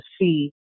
see